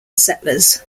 settlers